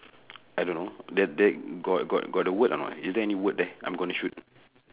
I don't know there there got got got the word or not is there any word there I'm gonna shoot